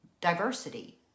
diversity